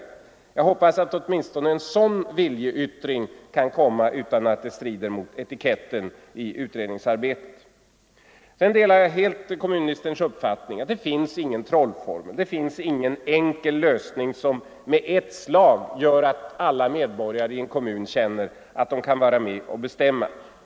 Jag hoppas att åt minstone en sådan viljeyttring kan komma utan att den strider mot eti ketten i utredningsarbetet. Sedan delar jag helt kommunministerns uppfattning att det inte finns någon trollformel, ingen enkel lösning som med ett slag gör att alla medborgare i en kommun känner att de kan vara med och bestämma.